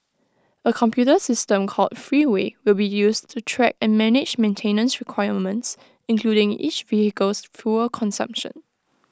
A computer system called Freeway will be used to track and manage maintenance requirements including each vehicle's fuel consumption